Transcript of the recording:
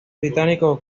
británicos